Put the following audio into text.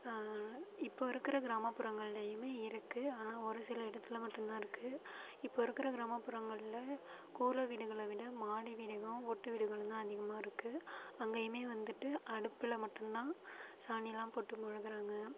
இப்போ இருக்கிற கிராமபுறங்கள்லையுமே இருக்குது ஆனால் ஒரு சில இடத்துல மட்டும் தான் இருக்குது இப்போ இருக்கிற கிராமப்புறங்கள்ல கூரை வீடுகளை விட மாடி வீடுகளும் ஓட்டு வீடுகளும் தான் அதிகமாக இருக்குது அங்கேயுமே வந்துட்டு அடுப்பில் மட்டும் தான் சாணிலாம் போட்டு மொழுகுறாங்கள்